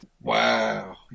Wow